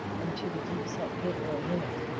and to the deep-set gateway in it,